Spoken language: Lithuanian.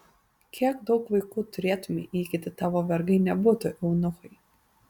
kiek daug vaikų turėtumei jei kiti tavo vergai nebūtų eunuchai